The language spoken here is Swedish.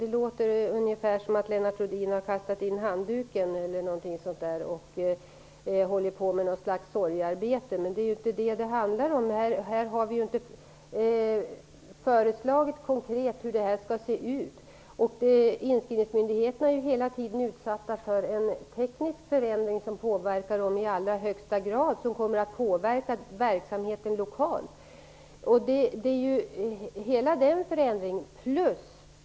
Det låter som om Lennart Rohdin skulle ha kastat in handduken och nu genomgår något slags sorgearbete, men det handlar inte om det. Vi har inte konkret föreslagit hur detta skall se ut. Inskrivningsmyndigheterna är fortlöpande utsatta för en teknisk förändring som påverkar dem i allra högsta grad, också i deras lokala verksamhet. En anledning till att vi inte har lagt fram ett sådant förslag är denna förändringsprocess.